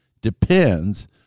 depends